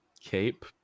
cape